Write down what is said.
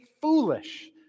foolish